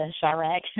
Chirac